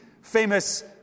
famous